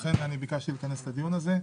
לכן ביקשתי לכנס את הדיון הזה,